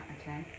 okay